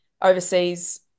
overseas